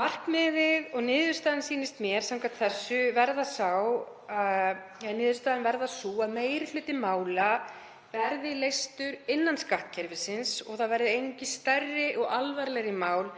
Markmiðið og niðurstaðan sýnist mér samkvæmt þessu verða sú að meiri hluti mála verði leystur innan skattkerfisins og einungis stærri og alvarlegri mál